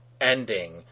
ending